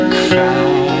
cry